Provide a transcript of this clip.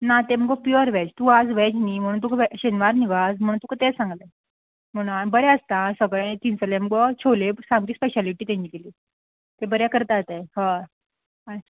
ना तें मुगो प्यॉर वॅज तूं आज वॅज न्ही म्हणून तुका वॅ शेनवार न्ही गो आज म्हणून तुका तें सांगलें म्हणू आं बरें आसता आं सगळें थिंनसल्लें मुगो छोले सामकी स्पॅशालिटी तेंगेली तें बरें करता ते हय हय